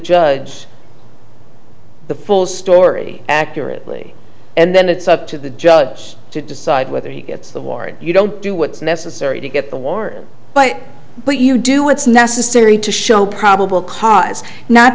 judge the full story accurately and then it's up to the judge to decide whether he gets the warrant you don't do what's necessary to get the war but what you do it's necessary to show probable cause not